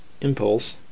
impulse